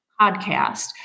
podcast